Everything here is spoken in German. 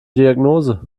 diagnose